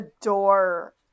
adore